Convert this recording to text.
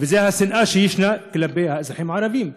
וזו השנאה שישנה כלפי האזרחים הערבים,